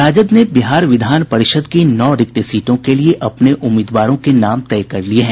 राजद ने बिहार विधान परिषद की नौ रिक्त सीटों के लिए अपने उम्मीदवारों के नाम तय कर लिये हैं